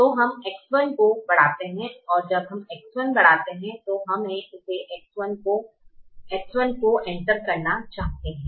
तो हम X1 को बढ़ाते हैं और जब हम X1 बढ़ाते हैं तो हम इसे X1 को एंटर करना कहते हैं